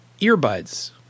earbuds